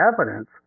evidence